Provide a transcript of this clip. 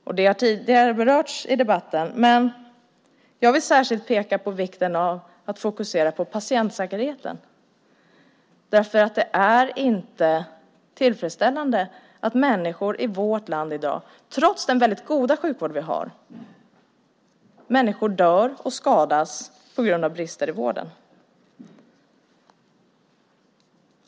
Detta har tidigare berörts i debatten, men jag vill särskilt peka på vikten av att fokusera på patientsäkerheten. Det är inte tillfredsställande att människor i vårt land i dag, trots den mycket goda sjukvård vi har, dör och skadas på grund av brister i vården.